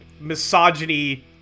misogyny